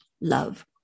love